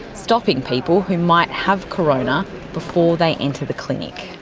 stopping people who might have corona before they enter the clinic.